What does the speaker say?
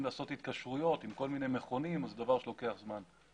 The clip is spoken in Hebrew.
לעשות התקשרויות עם כל מיני מכונים אז זה דבר שלוקח זמן.